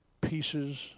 pieces